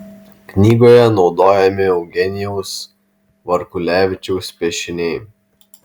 knygoje naudojami eugenijaus varkulevičiaus piešiniai